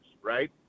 right